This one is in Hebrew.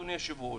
אדוני היושב-ראש,